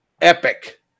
epic